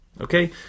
Okay